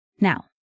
Now